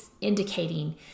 indicating